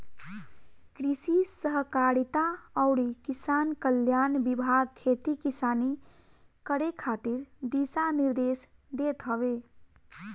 कृषि सहकारिता अउरी किसान कल्याण विभाग खेती किसानी करे खातिर दिशा निर्देश देत हवे